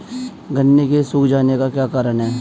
गन्ने के सूख जाने का क्या कारण है?